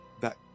that-